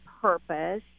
purpose